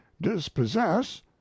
dispossess